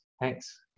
Thanks